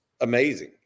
amazing